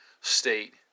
state